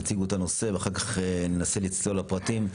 תציגו את הנושא ואחר כך ננסה לצלול לפרטים.